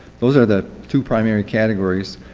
those are the two primary categories.